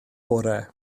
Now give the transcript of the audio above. bore